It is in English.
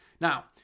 Now